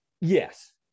Yes